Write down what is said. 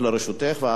ואחריה,